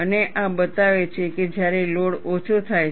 અને આ બતાવે છે કે જ્યારે લોડ ઓછો થાય છે